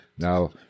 Now